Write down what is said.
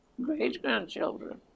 great-grandchildren